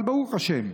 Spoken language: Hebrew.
אבל ברוך השם,